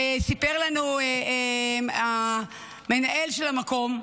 וסיפר לנו המנהל של המקום,